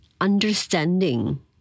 understanding